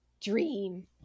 dream